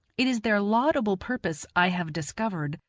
it is their laudable purpose, i have discovered,